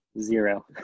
Zero